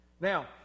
Now